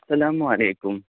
السلام علیکم